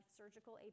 surgical